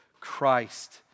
Christ